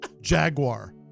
Jaguar